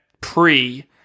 pre